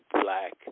black